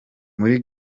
muri